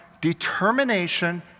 determination